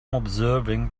observing